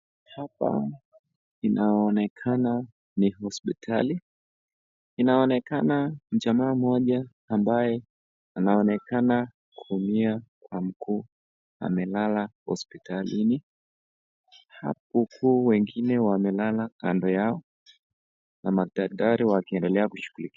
Hapa inaonekana ni hospitali. Inaonekana jamaa mmoja ambaye anaonekana kuumia kwa mguu, amelala hospitalini. Huku wengine wamelala kando yao na madaktari wakiendelea kushughulika.